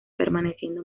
permaneciendo